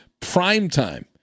primetime